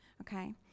Okay